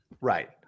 Right